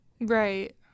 Right